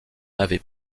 avait